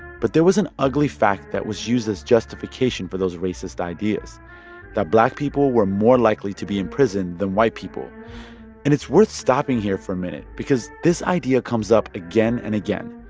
but there was an ugly fact that was used as justification for those racist ideas that black people were more likely to be in prison than white people and it's worth stopping here for a minute because this idea comes up again and again.